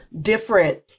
different